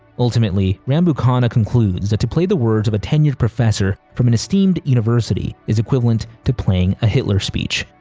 ultimately, rambukkana concludes that to play the words of a tenured professor from an esteemed university is equivalent to playing a hitler speech.